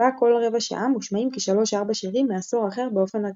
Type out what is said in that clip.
בה בכל רבע שעה מושמעים כ-3–4 שירים מעשור אחר באופן אקראי.